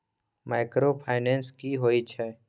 Microfinance की होय छै?